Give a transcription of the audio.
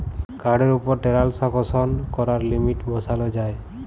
কাড়ের উপর টেরাল্সাকশন ক্যরার লিমিট বসাল যায়